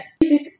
music